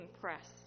press